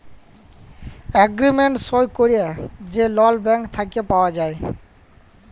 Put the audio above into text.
agreement সই ক্যইরে যে লল ব্যাংক থ্যাইকে পাউয়া যায়